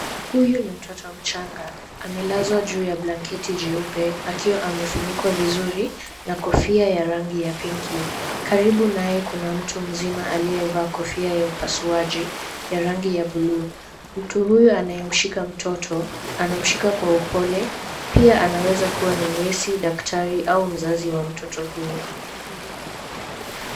Huyu ni mtoto mchanga, amelazwa juu ya blanketi jeupe akiwa amefunikwa vizuri na kofia ya rangi ya pink .Karibu naye kuna mtu mzima aliyevaa kofia ya upasuaji ya rangi ya bluu. Mtu huyu anayemshika mtoto, anamshika kwa upole. Pia anaweza kuwa ni nesi, daktari au mzazi wa mtoto huyo.